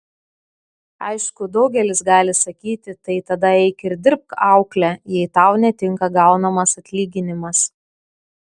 aišku daugelis gali sakyti tai tada eik ir dirbk aukle jei tau netinka gaunamas atlyginimas